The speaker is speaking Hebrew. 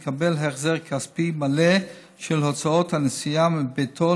יקבל החזר כספי מלא של הוצאות הנסיעה מביתו